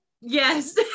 Yes